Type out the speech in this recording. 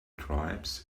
tribes